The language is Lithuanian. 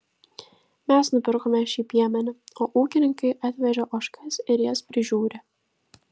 mes nupirkome šį piemenį o ūkininkai atvežė ožkas ir jas prižiūri